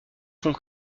font